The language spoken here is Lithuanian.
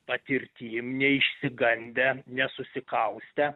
patirtim neišsigandę nesusikaustę